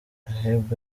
ahmed